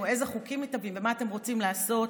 איזה חוקים מתהווים ומה אתם רוצים לעשות,